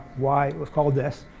why it was called this,